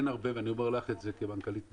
ואני אומר לך, מנכ"לית המשרד,